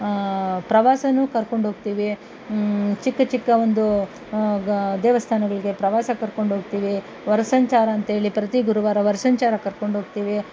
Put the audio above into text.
ಪ್ರವಾಸನೂ ಕರ್ಕೊಂಡೋಗ್ತೀವಿ ಚಿಕ್ಕ ಚಿಕ್ಕ ಒಂದು ಗ ದೇವಸ್ಥಾನಗಳಿಗೆ ಪ್ರವಾಸ ಕರ್ಕೊಂಡೋಗ್ತೀವಿ ಹೊರ ಸಂಚಾರ ಅಂಥೇಳಿ ಪ್ರತಿ ಗುರುವಾರ ಹೊರ ಸಂಚಾರಕ್ಕೆ ಕರ್ಕೊಂಡೋಗ್ತೀವಿ